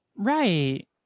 Right